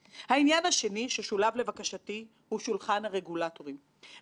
שולחן הרגולטורים אמור וחייב לשנות את המצב של חוסר התיאום,